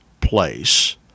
place